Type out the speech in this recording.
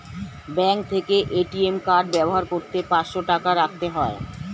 bank থেকে ATM card ব্যবহার করতে পাঁচশো টাকা রাখতে হয়